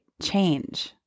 change